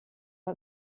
our